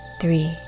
three